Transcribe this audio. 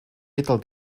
little